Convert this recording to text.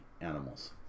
animals